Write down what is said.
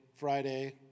Friday